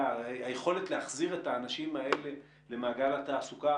היכולת להחזיר את האנשים האלה למעגל התעסוקה,